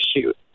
shoot